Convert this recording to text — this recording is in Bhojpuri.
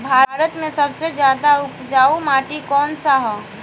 भारत मे सबसे ज्यादा उपजाऊ माटी कउन सा ह?